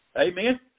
Amen